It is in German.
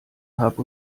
hab